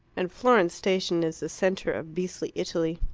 and florence station is the centre of beastly italy.